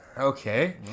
Okay